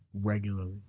regularly